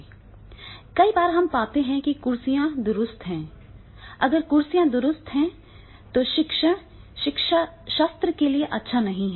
कई बार हम पाते हैं कि कुर्सियाँ दुरुस्त हैं अगर कुर्सियाँ दुरुस्त हैं तो यह शिक्षण शिक्षाशास्त्र के लिए अच्छा नहीं है